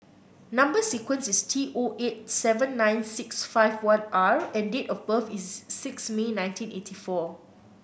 number sequence is T O eight seven nine six five one R and date of birth is six May nineteen eighty four